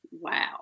Wow